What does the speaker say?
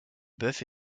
bœuf